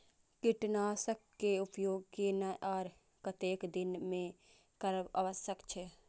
कीटनाशक के उपयोग केना आर कतेक दिन में करब आवश्यक छै?